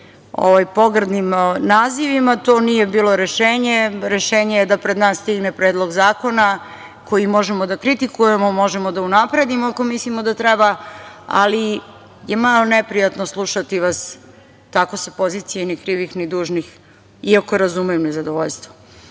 kakvim pogrdnim nazivima. To nije bilo rešenje. Rešenje je da pred nas stigne predlog zakona, koji možemo da kritikujemo, možemo da unapredimo, ako mislimo da treba, ali je malo neprijatno slušati vas tako sa pozicije ni krivih ni dužnih i ako razumem nezadovoljstvo. Dakle,